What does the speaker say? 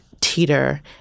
teeter